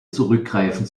zurückgreifen